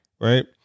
Right